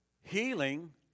healing